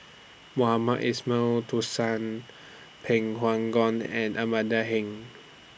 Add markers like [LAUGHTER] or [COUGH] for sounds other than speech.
Mohamed Ismail [UNINTELLIGIBLE] Pway [UNINTELLIGIBLE] Ngon and Amanda Heng